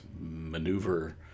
maneuver